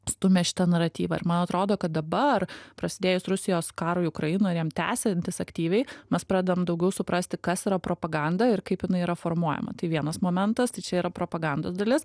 stumia šitą naratyvą ir man atrodo kad dabar prasidėjus rusijos karui ukrainoj jam tęsiantis aktyviai mes pradedam daugiau suprasti kas yra propaganda ir kaip jinai yra formuojama tai vienas momentas tai čia yra propagandos dalis